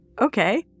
okay